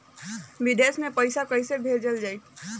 विदेश में पईसा कैसे भेजल जाई?